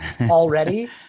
already